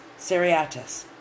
Seriatus